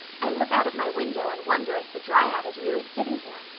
i look out of my window and wonder if the dryad is really sitting here,